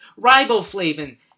riboflavin